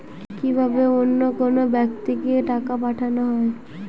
কি ভাবে অন্য কোনো ব্যাক্তিকে টাকা পাঠানো হয়?